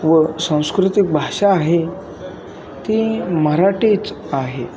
व संस्कृतिक भाषा आहे ती मराठीच आहे